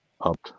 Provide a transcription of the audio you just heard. up